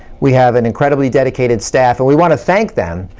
we have an incredibly dedicated staff and we want to thank them,